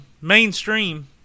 mainstream